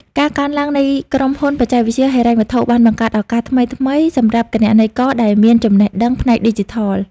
ការកើនឡើងនៃក្រុមហ៊ុនបច្ចេកវិទ្យាហិរញ្ញវត្ថុ បានបង្កើតឱកាសថ្មីៗសម្រាប់គណនេយ្យករដែលមានចំណេះដឹងផ្នែកឌីជីថល។